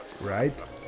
Right